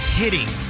hitting